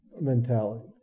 mentality